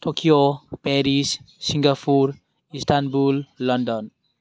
Tokyo Paris Singapore Istanbul London